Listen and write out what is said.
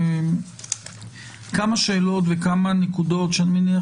יש לי כמה שאלות וכמה נקודות שאני מניח